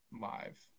live